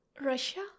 Russia